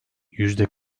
yüzde